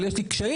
אבל יש לי קשיים,